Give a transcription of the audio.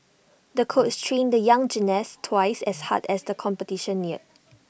the coach trained the young gymnast twice as hard as the competition neared